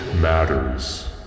Matters